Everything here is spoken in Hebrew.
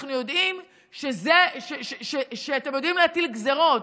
אנחנו יודעים שאתם יודעים להטיל גזרות,